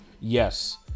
Yes